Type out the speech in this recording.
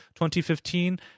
2015